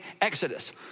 Exodus